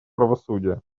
правосудия